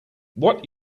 what